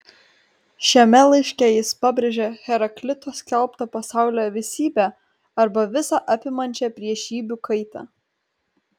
šiame laiške jis pabrėžia heraklito skelbtą pasaulio visybę arba visą apimančią priešybių kaitą